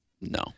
No